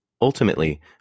Ultimately